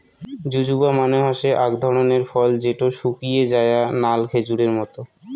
জুজুবা মানে হসে আক ধরণের ফল যেটো শুকিয়ে যায়া নাল খেজুরের মত